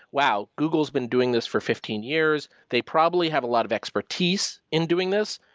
wow! google's been doing this for fifteen years. they probably have a lot of expertise in doing this,